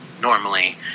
Normally